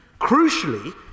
Crucially